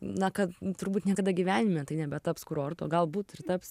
na kad turbūt niekada gyvenime tai nebetaps kurortu o galbūt ir taps